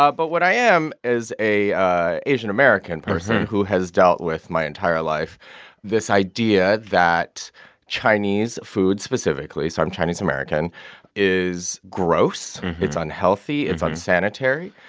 ah but what i am is a asian american person who has dealt with my entire life this idea that chinese food specifically so i'm chinese american is gross. it's unhealthy. it's unsanitary.